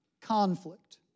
conflict